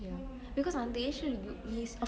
ya because அந்த:anthe age ல நீ:le nee